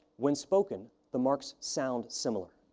when spoken, the marks sound similar.